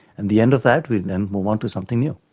and the end of that we then move on to something new.